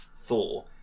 Thor